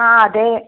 ആ അതെ